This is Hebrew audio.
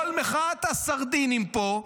כל מחאת הסרדינים פה,